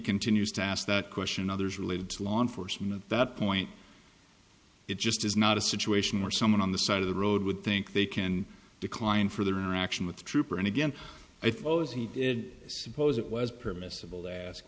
continues to ask that question others related to law enforcement that point it just is not a situation where someone on the side of the road would think they can decline for their interaction with the trooper and again i thought it suppose it was permissible